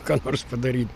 ką nors padaryt